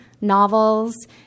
novels